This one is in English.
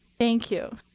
thank you.